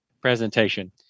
presentation